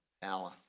power